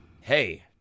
Hey